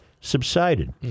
subsided